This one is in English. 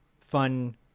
Fun